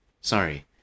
Sorry